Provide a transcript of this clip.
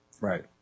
Right